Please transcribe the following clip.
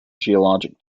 geologic